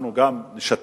אנחנו גם נשתף